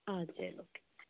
ஆ சரி ஓகே